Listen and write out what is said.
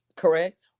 Correct